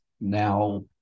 Now